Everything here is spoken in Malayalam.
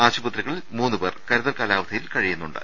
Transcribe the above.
ആശുപത്രിക ളിൽ മൂന്നുപേർ കരുതൽ കാലാവധിയിൽ കഴിയുന്നുണ്ട്